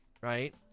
Right